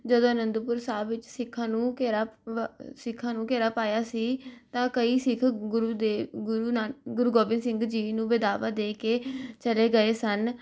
ਜਦੋਂ ਅਨੰਦਪੁਰ ਸਾਹਿਬ ਵਿੱਚ ਸਿੱਖਾਂ ਨੂੰ ਘੇਰਾ ਵ ਸਿੱਖਾਂ ਨੂੰ ਘੇਰਾ ਪਾਇਆ ਸੀ ਤਾਂ ਕਈ ਸਿੱਖ ਗੁਰੂ ਦੇ ਗੁਰੂ ਨਾ ਗੁਰੂ ਗੋਬਿੰਦ ਸਿੰਘ ਜੀ ਨੂੰ ਬੇਦਾਵਾ ਦੇ ਕੇ ਚਲੇ ਗਏ ਸਨ